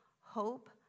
Hope